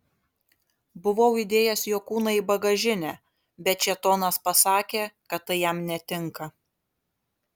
buvau įdėjęs jo kūną į bagažinę bet šėtonas pasakė kad tai jam netinka